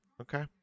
Okay